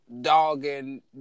dogging